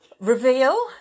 Reveal